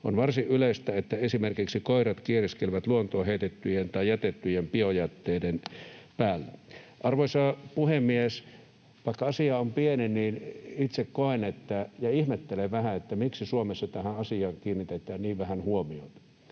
On varsin yleistä, että esimerkiksi koirat kieriskelevät luontoon heitettyjen tai jätettyjen biojätteiden päällä.” Arvoisa puhemies! Vaikka asia on pieni, niin itse ihmettelen vähän, miksi Suomessa tähän asiaan kiinnitetään niin vähän huomiota.